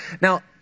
Now